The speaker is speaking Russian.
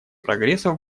прогресса